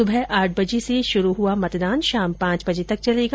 सुबह आठ बजे से शुरू हुआ मतदान शाम पांच बजे तक चलेगा